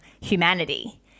humanity